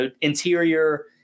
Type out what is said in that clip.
interior